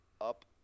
up